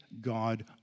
God